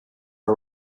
der